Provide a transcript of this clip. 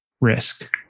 risk